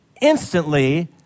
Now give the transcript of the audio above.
instantly